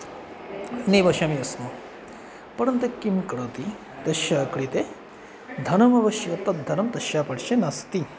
निवसामि स्म परन्तु किं करोति तस्य कृते धनमावश्यकं तद्धनं तस्य पार्श्वे नास्ति